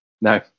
No